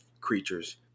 creatures